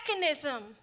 mechanism